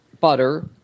butter